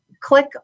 click